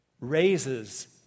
raises